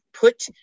Put